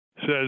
says